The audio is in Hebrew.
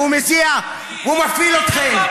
והוא מזיע והוא מפעיל אתכם,